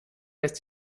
lässt